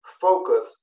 focus